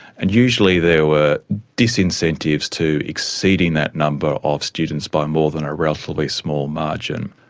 and usually there were disincentives to exceeding that number of students by more than a relatively small margin.